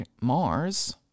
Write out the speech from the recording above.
Mars